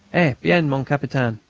ah bien, mon capitaine!